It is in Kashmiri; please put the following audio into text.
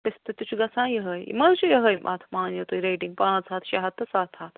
پِستہٕ تہِ چھُ گژھان یہوے یِم حظ چھُ یہوے اَتھ مانِو تُہۍ ریٹِنٛگ پانٛژھ ہتھ شےٚ ہتھ تہٕ ستھ ہتھ